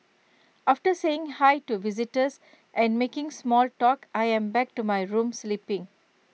after saying hi to visitors and making small talk I'm back to my room sleeping